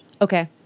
Okay